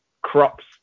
crops